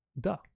Duh